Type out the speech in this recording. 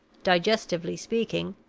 digestively speaking,